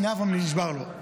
הינה, אברהם נשבר לו.